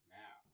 now